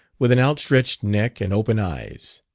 with an out-stretched neck and open eyes.